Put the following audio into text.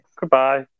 Goodbye